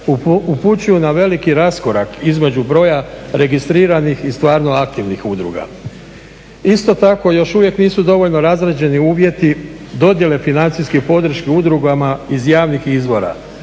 upućuju na veliki raskorak između broja registriranih i stvarno aktivnih udruga. Isto tako još uvijek nisu dovoljno razrađeni uvjeti dodjele financijske podrške udrugama iz javnih izvora